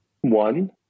One